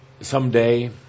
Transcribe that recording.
someday